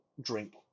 drink